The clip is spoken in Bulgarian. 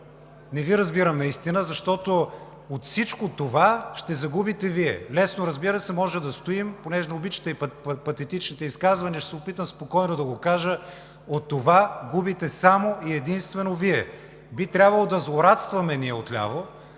Не ви разбирам наистина, защото от всичко това ще загубите Вие. Лесно е, разбира се, може да стоим. Понеже не обичате патетичните изказвания, ще се опитам спокойно да го кажа: от това губите само и единствено Вие! Би трябвало да злорадстваме ние отляво,